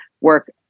work